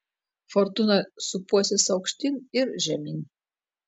fortūna sūpuosis aukštyn ir žemyn